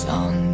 on